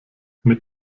mit